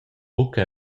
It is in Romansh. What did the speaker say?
buca